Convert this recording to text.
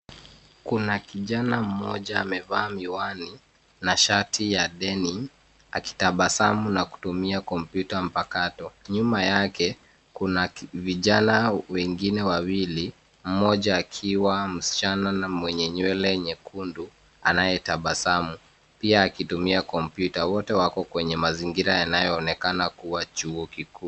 Kuna kijana moja amevaa miwani na shati ya Denim akitabasamu na kutumia kompyuta mpakato. Nyuma yake kuna vijana wengine wawili mmoja akiwa msichana na mwenye nywele nyekundu anayetabasamu pia akitumia kompyuta. Wote wako kwenye mazingira yanayoonekana kuwa chuo kikuu.